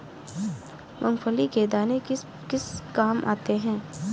मूंगफली के दाने किस किस काम आते हैं?